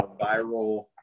viral